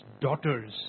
daughters